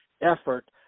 effort